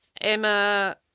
Emma